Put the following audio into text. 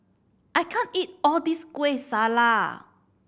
I can't eat all this Kueh Salat